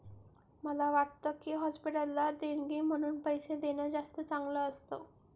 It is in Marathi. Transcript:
मला वाटतं की, हॉस्पिटलला देणगी म्हणून पैसे देणं जास्त चांगलं असतं